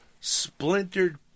splintered